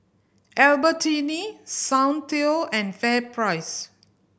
Albertini Soundteoh and FairPrice